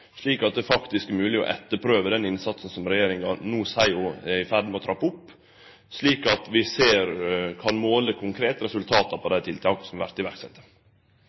slik at det faktisk vert mogleg å etterprøve den innsatsen som regjeringa no seier ein er i ferd med å trappe opp, slik at vi kan måle resultata konkret på dei tiltaka som er